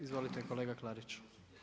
Izvolite kolega Klariću.